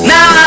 Now